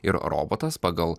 ir robotas pagal